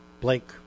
Blake